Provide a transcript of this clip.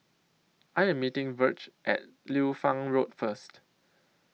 I Am meeting Virge At Liu Fang Road First